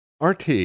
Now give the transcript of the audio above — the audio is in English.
RT